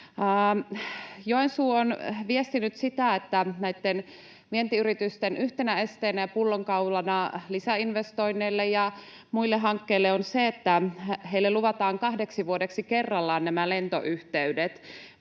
Joensuu on viestinyt sitä, että näitten vientiyritysten yhtenä esteenä ja pullonkaulana lisäinvestoinneille ja muille hankkeille on se, että heille luvataan kahdeksi vuodeksi kerrallaan nämä lentoyhteydet.